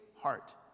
heart